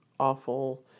awful